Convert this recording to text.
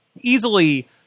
Easily